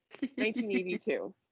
1982